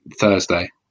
Thursday